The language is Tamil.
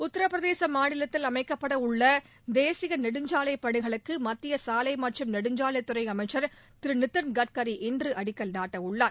உத்தரபிரதேச மாநிலத்தில் அமைக்கப்படவுள்ள தேசிய நெடுஞ்சாலை பணிகளுக்கு மத்திய சாலை மற்றும் நெடுஞ்சாலைத்துறை அமைச்சர் திரு நிதின் கட்கரி இன்று அடிக்கல் நாட்டவுள்ளார்